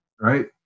right